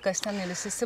kas ten ilsisi